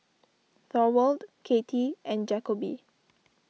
Thorwald Katy and Jakobe